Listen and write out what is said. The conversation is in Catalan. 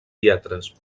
lletres